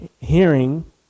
hearing